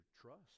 trust